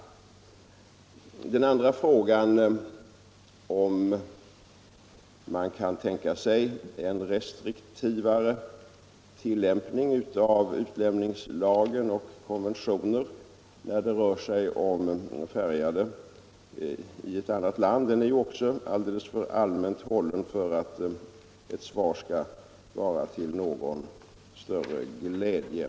Den andra frågan, om man kan tänka sig en mera restriktiv tillämpning av utlämningslagen och av gällande konventioner när det rör sig om färgade i ett annat land, är också den alldeles för allmänt hållen för att ett svar skall vara till någon större glädje.